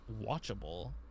watchable